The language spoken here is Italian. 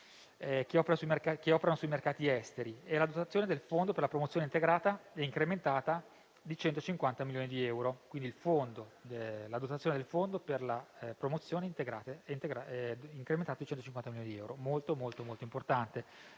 che operano sui mercati esteri, mentre la dotazione del fondo per la promozione integrata è incrementata di 150 milioni di euro.